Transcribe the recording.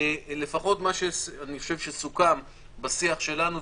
לפחות מה שאני חושב שסוכם בשיח שלנו,